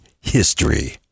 history